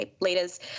leaders